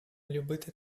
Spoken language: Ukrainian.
любити